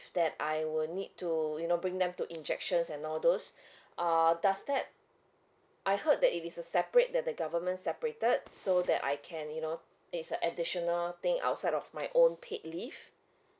that I will need to you know bring them to injections and all those uh does that I heard that it is a separate that the government separated so that I can you know it's a additional thing outside of my own paid leave